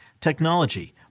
technology